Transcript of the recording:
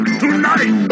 tonight